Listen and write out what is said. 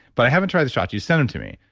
but i haven't tried the shots. you sent them to me.